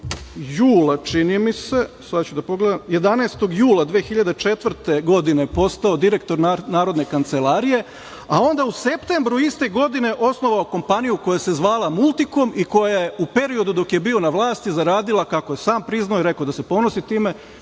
pogledam, 2004. godine postao direktor Narodne kancelarije, a onda u septembru iste godine osnovao kompaniju koja se zvala „Multikom“ i koja je u periodu dok je bio na vlasti zaradila, kako je sam priznao i rekao da se ponosi time,